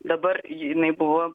dabar jinai buvo